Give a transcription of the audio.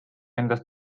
endast